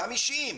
גם אישיים,